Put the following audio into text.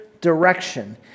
direction